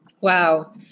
Wow